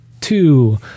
two